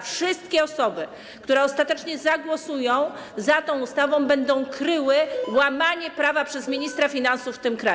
Wszystkie osoby, które ostatecznie zagłosują za tą ustawą, będą kryły łamanie prawa przez ministra finansów w tym kraju.